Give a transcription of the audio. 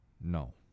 no